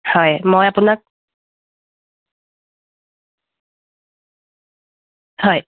হয় মই আপোনাক হয়